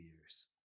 years